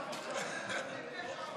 אדוני השר,